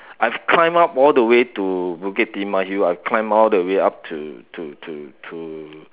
I've climbed up all the way to Bukit-Timah hill I've climbed all the way up to to to to